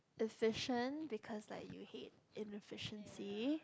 efficient because like you hate inefficiency